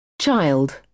Child